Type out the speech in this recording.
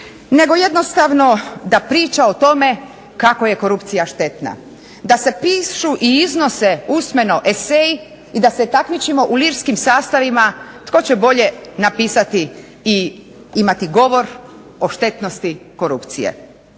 nego jednostavno da priča o tome kako je korupcija štetna, da se pišu i iznose usmeno eseji i da se takmičimo u lirskim sastavima tko će bolje napisati i imati govor o štetnosti korupcije.